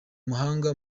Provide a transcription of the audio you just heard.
muhanga